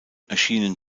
erschienen